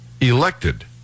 elected